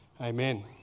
amen